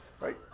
right